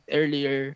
earlier